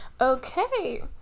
Okay